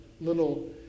little